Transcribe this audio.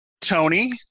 Tony